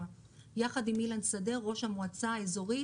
יחד עם אילן שדה ראש המועצה האזורית